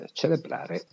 celebrare